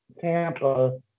Tampa